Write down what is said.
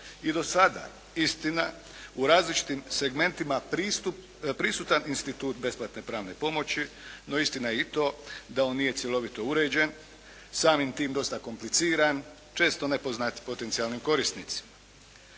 i do sada istina u različitim segmentima prisutan institut besplatne pravne pomoći, no istina je i to da on nije cjelovito uređen, samim time dosta kompliciran, često nepoznat potencijalnim korisnicima.